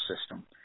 system